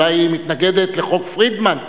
אולי היא מתנגדת לחוק פרידמן.